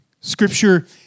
Scripture